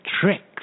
tricks